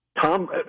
Tom